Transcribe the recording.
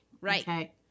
Right